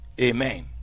Amen